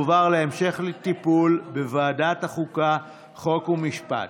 התשפ"ב 2022, לוועדת החוקה, חוק ומשפט